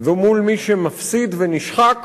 ומול מי שמפסיד ונשחק